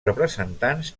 representants